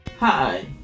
Hi